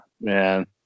man